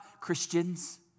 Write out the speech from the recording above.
Christians